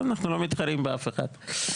אנחנו לא מתחרים באף אחד.